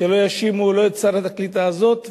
שלא יאשימו לא את שרת הקליטה הזאת,